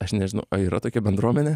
aš nežinau o yra tokia bendruomenė